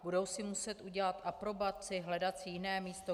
Budou si muset udělat aprobaci, hledat si jiné místo?